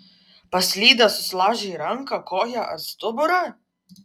paslydęs susilaužei ranką koją ar stuburą